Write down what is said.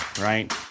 right